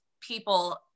people